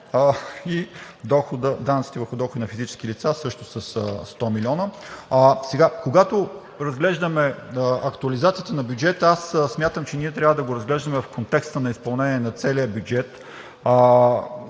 и данъците върху доходите на физически лица – също със 100 милиона. Когато разглеждаме актуализацията на бюджета, аз смятам, че ние трябва да я разглеждаме в контекста на изпълнение на целия бюджет,